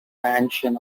mansion